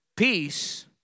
Peace